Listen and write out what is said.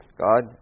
God